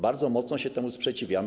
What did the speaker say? Bardzo mocno się temu sprzeciwiamy.